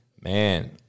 Man